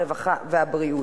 הרווחה והבריאות.